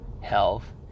health